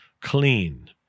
clean